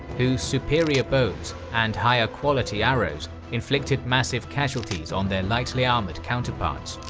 whose superior bows and higher quality arrows inflicted massive casualties on their lightly-armoured counterparts.